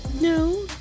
No